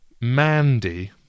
Mandy